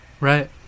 right